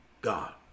God